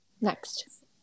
Next